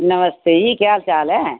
नमस्ते जी केह् हाल चाल ऐ